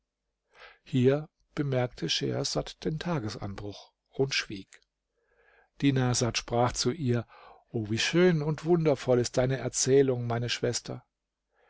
hier bemerkte schehersad den tagesanbruch und schwieg dinarsad sprach zu ihr o wie schön und wundervoll ist deine erzählung meine schwester